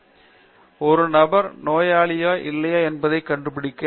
பேராசிரியர் சத்யநாராயணன் என் கும்மாடி ஒரு நபர் நோயாளியா இல்லையா கண்டுபிடித்தல்